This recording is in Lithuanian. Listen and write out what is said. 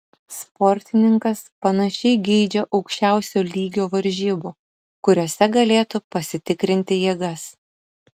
sportininkas panašiai geidžia aukščiausio lygio varžybų kuriose galėtų pasitikrinti jėgas